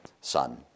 son